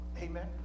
Amen